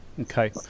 Okay